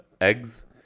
eggs